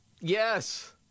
Yes